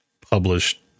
published